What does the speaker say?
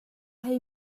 hei